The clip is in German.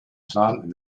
plan